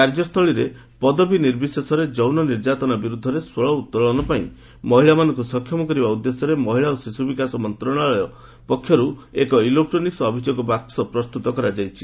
କାର୍ଯ୍ୟସ୍ଥଳୀରେ ପଦବୀ ନିର୍ବିଶେଷରେ ଯୌନ ନିର୍ଯ୍ୟାତନା ବିରୁଦ୍ଧରେ ସ୍ୱର ଉତ୍ତୋଳନ ପାଇଁ ମହିଳାମାନଙ୍କୁ ସକ୍ଷମ କରିବା ଉଦ୍ଦ୍ୟେଶରେ ମହିଳା ଓ ଶିଶୁ ବିକାଶ ମନ୍ତ୍ରଣାଳୟ ପକ୍ଷରୁ ଏକ ଇଲେକ୍ଟେନିକ୍ସ ଅଭିଯୋଗ ବାକ୍ସ ପ୍ରସ୍ତୁତ କରାଯାଇଛି